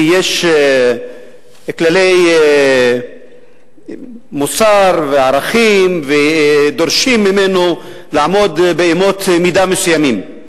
כי יש כללי מוסר וערכים ודורשים ממנו לעמוד באמות מידה מסוימות.